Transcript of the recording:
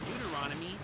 deuteronomy